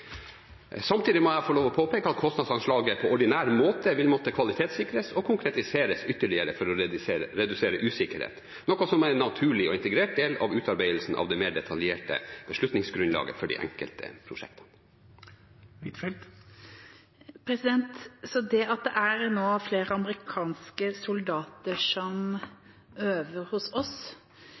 Samtidig må jeg få lov til å påpeke at kostnadsanslaget vil på ordinær måte måtte kvalitetssikres og konkretiseres ytterligere for å redusere usikkerhet, noe som er en naturlig og integrert del av utarbeidelsen av det mer detaljerte beslutningsgrunnlaget for de enkelte prosjektene. Det at det nå er flere amerikanske soldater som øver hos oss,